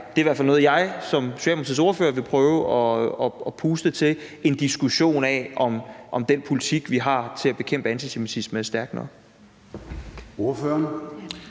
kommer i hvert fald til som Socialdemokratiets ordfører at prøve at puste til en diskussion af, om den politik, vi har til at bekæmpe antisemitisme, er stærk nok.